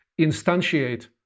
instantiate